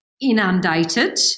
inundated